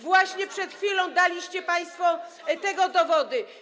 Właśnie przed chwilą daliście państwo tego dowody.